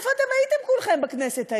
איפה הייתם כולכם בכנסת ההיא,